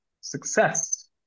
success